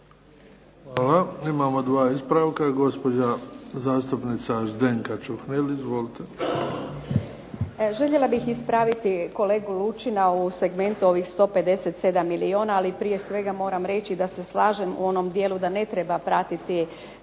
Hvala. Imamo dva ispravka, gospođa zastupnica Zdenka Ćuhnil. Izvolite. **Čuhnil, Zdenka (Nezavisni)** Željela bih ispraviti kolegu Lučina u segmentu ovih 157 milijuna, ali prije svega moram reći da se slažem u onom dijelu da ne treba pratiti